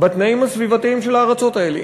בתנאים הסביבתיים של הארצות האלה.